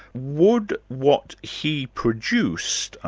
would what he produced,